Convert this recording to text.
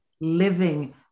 living